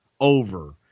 over